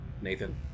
Nathan